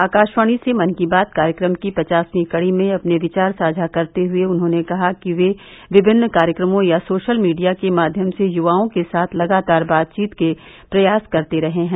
आकाशवाणी से मन की बात कार्यक्रम की पचासवीं कड़ी में अपने विचार साझा करते हुए उन्होंने कहा कि वे विभिन्न कार्यक्रमों या सोशल मीडिया के माध्यम से युवाओं के साथ लगातार बातचीत के प्रयास करते रहे हैं